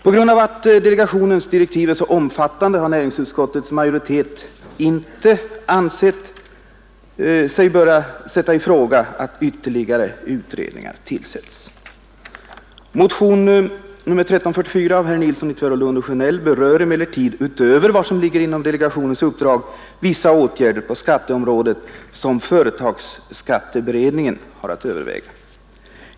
På grund av att delegationens direktiv är mycket omfattande har näringsutskottets majoritet inte ansett sig böra sätta i fråga att ytterligare utredningar skall tillsättas. Motionen 1344 av herrar Nilsson i Tvärålund och Sjönell berör emellertid, utöver vad som ligger inom delegationens uppdrag, vissa åtgärder på skatteområdet som företagsskatteberedningen har att överväga.